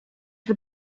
for